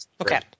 Okay